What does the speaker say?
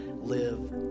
live